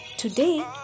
Today